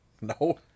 No